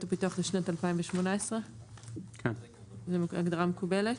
הפיתוח לשנת 2018. זאת הגדרה מקובלת?